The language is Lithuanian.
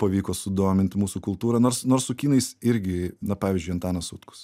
pavyko sudomint mūsų kultūra nors nors su kinais irgi na pavyzdžiui antanas sutkus